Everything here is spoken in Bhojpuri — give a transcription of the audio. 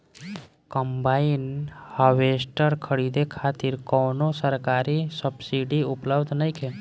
कंबाइन हार्वेस्टर खरीदे खातिर कउनो सरकारी सब्सीडी उपलब्ध नइखे?